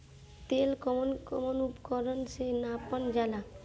तेल कउन कउन उपकरण से नापल जाला?